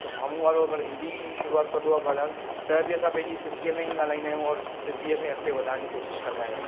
त साम्हूं वारो अगरि हिंदी शुरूआति कंदो आहे ॻाल्हाइण त बि असां पंहिंजी सिंधी में ई ॻाल्हाईंदा आहियूं और सिंधीअ खे अॻिते वधाइण जी कोशिश कंदा आहियूं